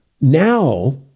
Now